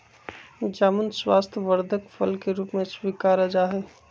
जामुन स्वास्थ्यवर्धक फल के रूप में स्वीकारा जाहई